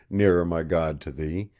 nearer, my god, to thee,